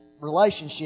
relationship